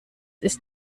ist